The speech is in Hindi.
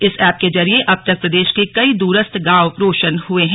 इस एप के जरिए अब तक प्रदेश के कई दूरस्थ गांव रोशन हुए हैं